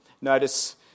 Notice